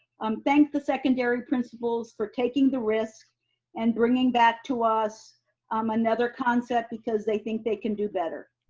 um thank the secondary principals for taking the risk and bringing back to us um another concept because they think they can do better.